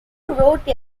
wrote